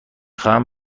خواهم